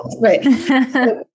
Right